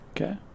Okay